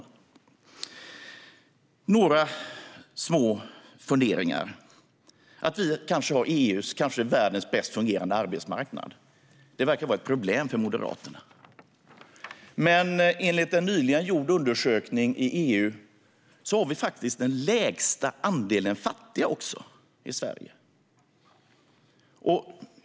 Jag har några små funderingar. Att vi kanske har EU:s eller världens bäst fungerande arbetsmarknad verkar vara ett problem för Moderaterna. Enligt en nyligen gjord undersökning i EU har vi i Sverige också den lägsta andelen fattiga. Herr talman!